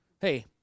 Hey